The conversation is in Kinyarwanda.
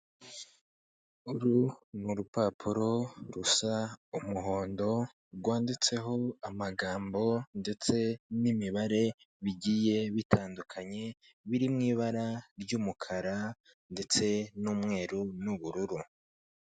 Uru ni urupapuro rusa umuhondo rwanditseho amagambo ndetse n'imibare bigiye bitandukanye biri mu ibara ry'umukara ndetse n'umweru n'ubururu .